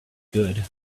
good